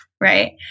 right